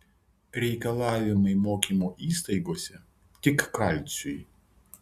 reikalavimai mokymo įstaigose tik kalciui